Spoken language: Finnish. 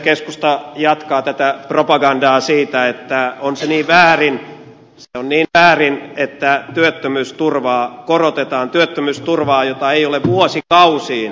keskusta jatkaa tätä propagandaa siitä että on se niin väärin se on niin väärin että työttömyysturvaa korotetaan työttömyysturvaa jota ei ole vuosikausiin korjattu